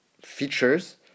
features